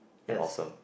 and awesome